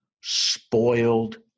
spoiled